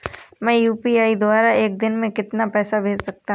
मैं यू.पी.आई द्वारा एक दिन में कितना पैसा भेज सकता हूँ?